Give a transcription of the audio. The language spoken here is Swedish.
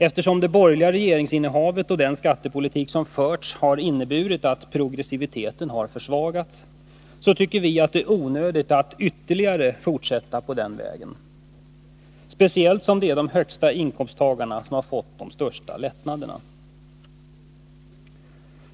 Eftersom det borgerliga regeringsinnehavet och den skattepolitik som förts har inneburit att progressiviteten har försvagats, tycker vi att det är onödigt att ytterligare fortsätta på den vägen, speciellt som det är de högsta inkomsttagarna som har fått de största lättnaderna.